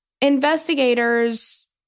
investigators